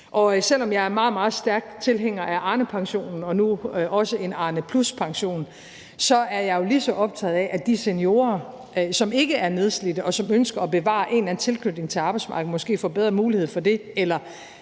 Og selv om jeg er meget, meget stærk tilhænger af Arnepensionen og nu også en Arnepluspension, så er jeg jo lige så optaget af, af de seniorer, som ikke er nedslidte, og som ønsker at bevare en eller anden tilknytning til arbejdsmarkedet, måske får bedre mulighed for det,